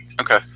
okay